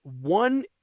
one